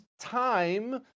time